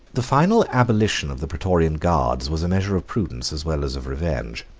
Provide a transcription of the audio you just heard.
the final abolition of the praetorian guards was a measure of prudence as well as of revenge.